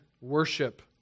worship